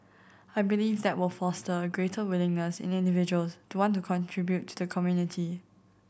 I believe that will foster a greater willingness in individuals to want to contribute to the community